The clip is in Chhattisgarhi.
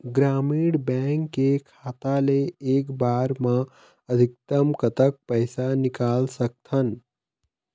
ग्रामीण बैंक के खाता ले एक बार मा अधिकतम कतक पैसा निकाल सकथन?